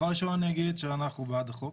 דבר ראשון אני אגיד, שאנחנו בעד החוק,